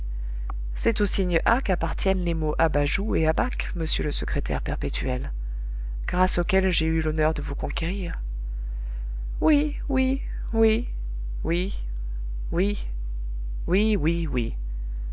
au signe a qu'appartiennent les mots abajoue et abaque monsieur le secrétaire perpétuel grâce auxquels j'ai eu l'honneur de vous conquérir oui oui oui oui oui oui oui oui m